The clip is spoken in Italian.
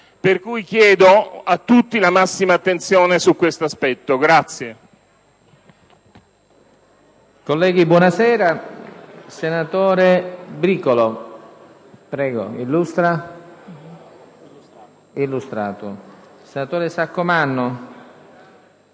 e chiedo a tutti la massima attenzione su questo aspetto.